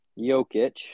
Jokic